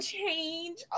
change